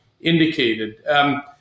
indicated